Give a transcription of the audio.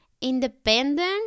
independent